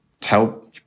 Tell